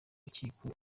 rukiko